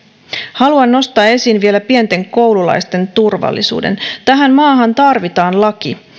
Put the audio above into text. haluan nostaa esiin vielä pienten koululaisten turvallisuuden tähän maahan tarvitaan laki